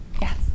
Yes